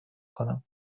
کنم